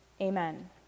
Amen